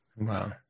Wow